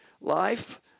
Life